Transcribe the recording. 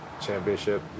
championship